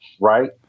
right